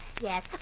Yes